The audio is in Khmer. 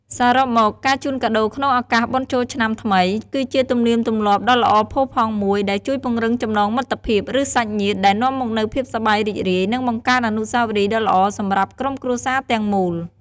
សរុបមកការជូនកាដូរក្នុងឱកាសបុណ្យចូលឆ្នាំថ្មី គឺជាទំនៀមទម្លាប់ដ៏ល្អផូរផង់មួយ ដែលជួយពង្រឹងចំណងមិត្តភាព ឬសាច់ញាតិ ដែលនាំមកនូវភាពសប្បាយរីករាយ និងបង្កើតអនុស្សាវរីយ៍ដ៏ល្អសម្រាប់ក្រុមគ្រួសារទាំងមូល។